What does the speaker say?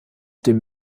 dem